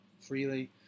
freely